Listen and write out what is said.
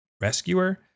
rescuer